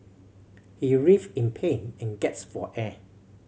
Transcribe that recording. he writhed in pain and gasped for air